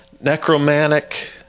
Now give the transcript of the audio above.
Necromantic